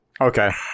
Okay